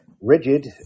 rigid